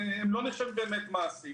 הן לא נחשבות באמת מעסיק